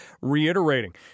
reiterating